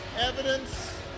evidence